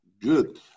Good